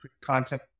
content